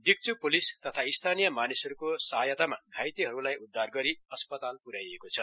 डीक्च् police तथा स्थानीय मानिसहरूको सहायतामा घाइतेहरूलाई उद्धार गरि अस्पताल प्र्याइएको छ